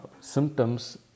symptoms